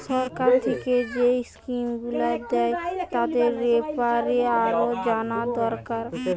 সরকার থিকে যেই স্কিম গুলো দ্যায় তাদের বেপারে আরো জানা দোরকার